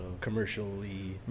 commercially